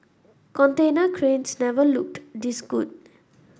container cranes never looked this good